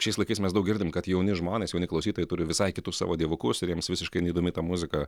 šiais laikais mes daug girdim kad jauni žmonės jauni klausytojai turi visai kitus savo dievukus ir jiems visiškai neįdomi ta muzika